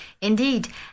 Indeed